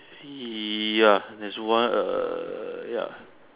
ya there's one err ya